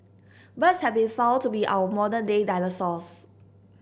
birds have been found to be our modern day dinosaurs